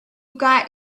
got